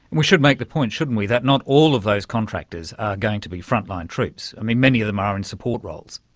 we should make the point, shouldn't we, that not all of those contractors are going to be frontline troops. many of them are in support roles.